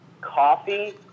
coffee